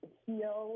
heal